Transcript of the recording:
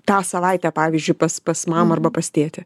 tą savaitę pavyzdžiui pas pas mamą arba pas tėtį